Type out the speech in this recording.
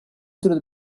through